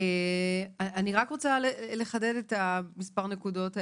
אני רק רוצה לחדד את מספר הנקודות האלה,